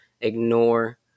ignore